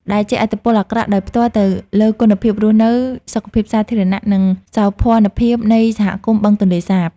ដែលជះឥទ្ធិពលអាក្រក់ដោយផ្ទាល់ទៅលើគុណភាពរស់នៅ សុខភាពសាធារណៈ និងសោភណភាពនៃសហគមន៍បឹងទន្លេសាប។